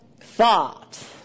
Thought